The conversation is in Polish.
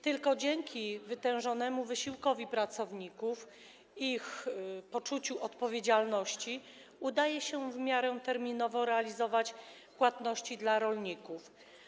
Tylko dzięki wytężonemu wysiłkowi pracowników i ich poczuciu odpowiedzialności udaje się w miarę terminowo realizować płatności dla rolników.